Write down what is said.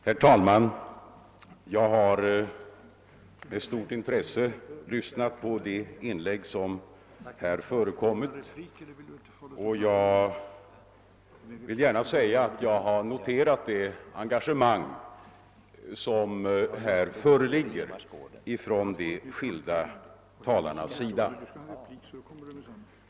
Herr talman! Jag har med stort intresse lyssnat på de inlägg som här förekommit, och jag vill gärna säga att jag har noterat det engagemang som de skilda talarna visar.